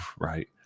right